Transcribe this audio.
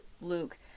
Luke